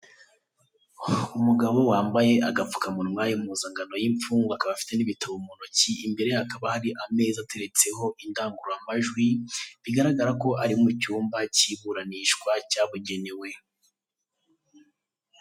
Umugabo wambaye agapfukamunwa, impzankano y'imfungwa akaba afite n'ibitabo mu ntoki imbere ye hakaba hari ameza ateretseho indangururamajwi bigaragara ko ari mu cyumba kiburanishwa cyabugenewe.